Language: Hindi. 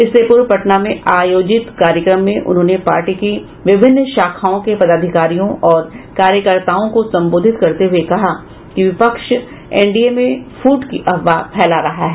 इससे पूर्व पटना में आयोजित कार्यक्रम में उन्होंने पार्टी की विभिन्न शाखाओं के पदाधिकारियों और कार्यकर्ताओं को संबोधित करते हुए कहा कि विपक्ष एनडीए में फूट की अफवाह फैला रहा है